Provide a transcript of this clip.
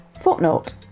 Footnote